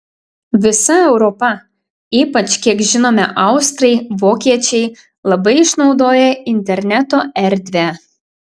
visa europa ypač kiek žinome austrai vokiečiai labai išnaudoja interneto erdvę